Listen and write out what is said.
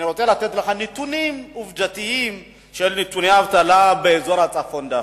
אני רוצה לתת לך נתונים עובדתיים של נתוני האבטלה באזור הצפון דווקא.